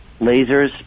lasers